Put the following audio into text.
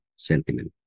sentiment